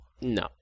No